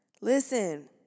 Listen